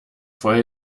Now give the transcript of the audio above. voll